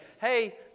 hey